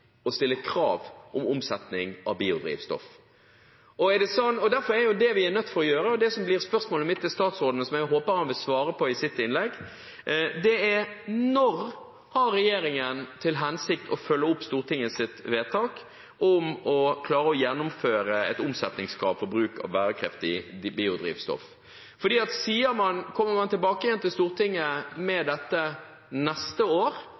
å stille krav om omsetning av biodrivstoff. Derfor er det vi er nødt til å gjøre, og det som blir spørsmålet mitt til statsråden, som jeg håper han vil svare på i sitt innlegg, følgende: Når har regjeringen til hensikt å følge opp Stortingets vedtak om å klare å gjennomføre et omsetningskrav for bruk av bærekraftig biodrivstoff? Kommer man tilbake igjen til Stortinget med dette neste år